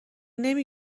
نمی